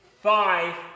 five